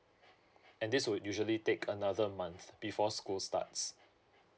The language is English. and this would usually take another month before school starts